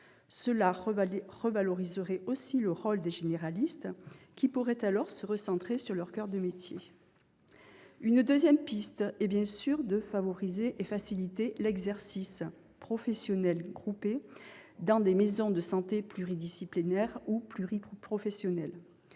Cela revaloriserait aussi le rôle des généralistes, qui pourraient alors se recentrer sur leur coeur de métier. Une deuxième piste est bien sûr de favoriser et faciliter l'exercice professionnel groupé dans des maisons de santé pluridisciplinaires ou pluriprofessionnelles.